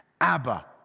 Abba